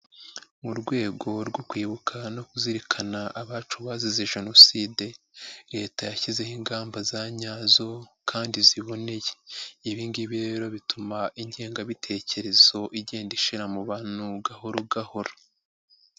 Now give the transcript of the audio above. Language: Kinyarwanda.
Mu rwego rwo kwibuka no kuzirikana abacu bazizeJenoside Leta yashyizeho ingamba za nyazo kandi ziboneye, ibi ngibi rero bituma ingengabitekerezo igenda ishira mu bantu gahoro gahoro.